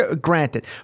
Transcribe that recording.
granted